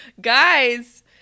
Guys